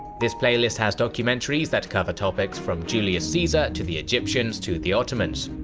this playlist has documentaries that cover topics from julius caesar, to the egyptians, to the ottomans.